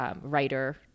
writer